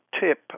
tip